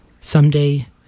Someday